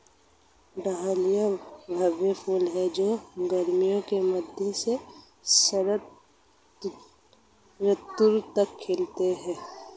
dahlia भव्य फूल हैं जो गर्मियों के मध्य से शरद ऋतु तक खिलते हैं